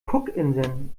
cookinseln